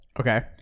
Okay